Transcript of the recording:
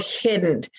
hidden